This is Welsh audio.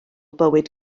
bywyd